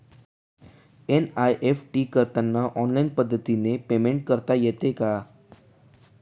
NEFT करताना online पद्धतीने payment करता येते का?